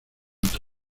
otro